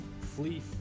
flee